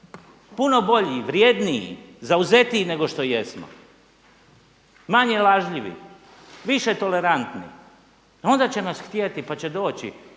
Puno bolji, vrjedniji, zauzetiji nego što jesmo, manje lažljivi, više tolerantni i onda će nas htjeti pa će doći.